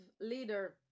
leader